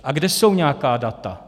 A kde jsou nějaká data?